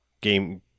game